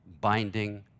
binding